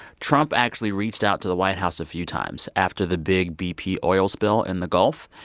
trump actually reached out to the white house a few times after the big bp oil spill in the gulf.